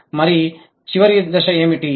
మరి చివరి దశ ఏమిటి